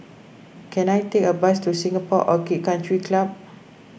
can I take a bus to Singapore Orchid Country Club